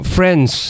Friends